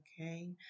okay